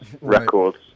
records